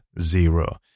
zero